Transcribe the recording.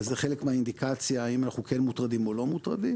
זה חלק מהאינדיקציה האם אנחנו כן מוטרדים או לא מוטרדים.